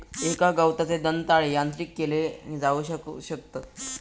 एका गवताचे दंताळे यांत्रिक केले जाऊ शकतत